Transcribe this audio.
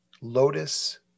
lotus